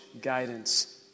guidance